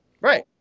Right